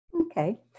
Okay